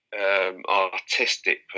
artistic